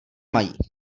mají